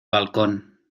balcón